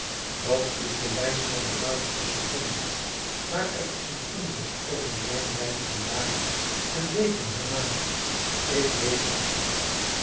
dat is de lijn van de naaste seconde maar er is een onrust over mijn lijn van dagen en weken hierna ik leef niet goed